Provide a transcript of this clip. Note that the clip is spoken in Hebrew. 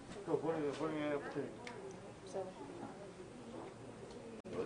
גזע ומין או מכל טעם דומה אחר." חבר הכנסת פינדרוס רצה לשאול שאלה.